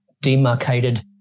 demarcated